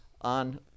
on